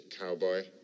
Cowboy